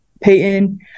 Peyton